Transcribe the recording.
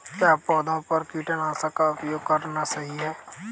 क्या पौधों पर कीटनाशक का उपयोग करना सही है?